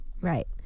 Right